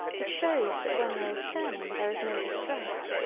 it shows that when there is turning there is no distress.